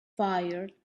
fired